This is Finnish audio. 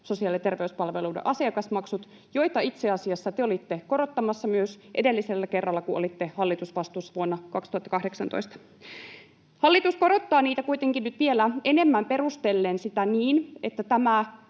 sosiaali- ja terveyspalveluiden asiakasmaksut, joita itse asiassa te olitte korottamassa myös edellisellä kerralla, kun olitte hallitusvastuussa vuonna 2018. Hallitus korottaa niitä kuitenkin nyt vielä enemmän, perustellen sitä niin, että tämä